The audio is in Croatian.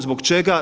Zbog čega?